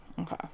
Okay